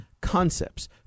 concepts